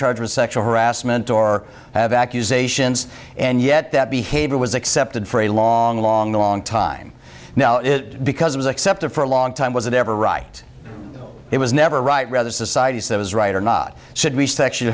charged with sexual harassment or have accusations and yet that behavior was accepted for a long long long time now is it because it was accepted for a long time was it ever right it was never right rather society said was right or not should we sexual